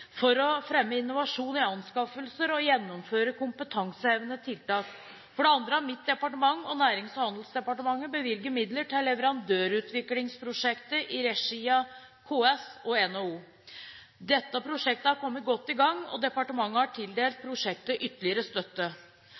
for å fremme innovasjon i anskaffelser og å gjennomføre kompetansehevende tiltak. ' For det andre har mitt departement og Nærings- og handelsdepartementet bevilget midler til leverandørutviklingsprosjekter i regi av KS og NHO. Dette prosjektet har kommet godt i gang, og departementet har tildelt prosjektet ytterligere støtte.